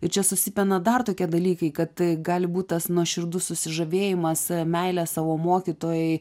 ir čia susipina dar tokie dalykai kad tai gali būt tas nuoširdus susižavėjimas e meile savo mokytojai